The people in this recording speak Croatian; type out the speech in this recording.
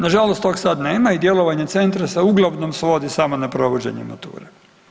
Nažalost tog sad nema i djelovanje centra se uglavnom svodi samo na provođenje mature.